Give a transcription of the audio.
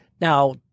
Now